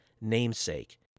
namesake